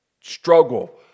struggle